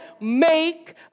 make